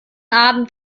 abend